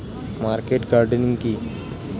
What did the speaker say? Market gardening কি?